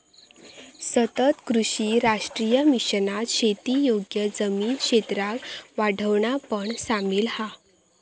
सतत कृषी राष्ट्रीय मिशनात शेती योग्य जमीन क्षेत्राक वाढवणा पण सामिल हा